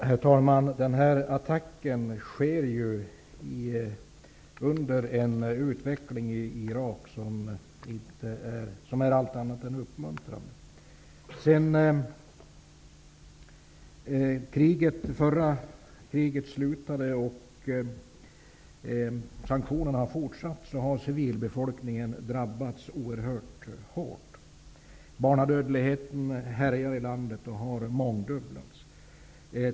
Herr talman! Den här attacken sker ju under en utveckling i Irak som är allt annat än uppmuntrande. Sedan det förra kriget slutade och sanktionerna har fortsatt, har civilbefolkningen drabbats oerhört hårt. Barndödligheten härjar i landet och har mångdubblats.